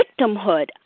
victimhood